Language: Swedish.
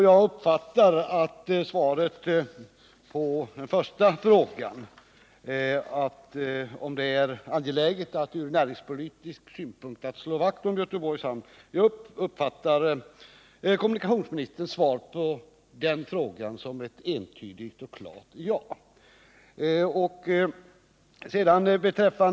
Min första fråga var om industriministern anser det vara angeläget ur näringspolitisk synpunkt att slå vakt om Göteborgs hamn. Jag uppfattar kommunikationsministerns svar på den frågan som ett klart och entydigt ja.